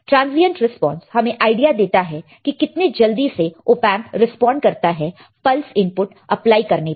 transient response हमें idea देता है कि कितनी जल्दी से ऑपएंप रेस्पॉन्ड करता है पल्स इनपुट अप्लाई करने पर